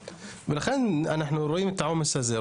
ולכן אנחנו רואים את העומס הזה,